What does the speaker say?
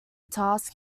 task